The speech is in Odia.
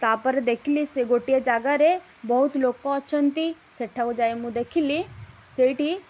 ତା'ପରେ ଦେଖିଲି ସେ ଗୋଟିଏ ଜାଗାରେ ବହୁତ ଲୋକ ଅଛନ୍ତି ସେଠାକୁ ଯାଇ ମୁଁ ଦେଖିଲି ସେଇଠି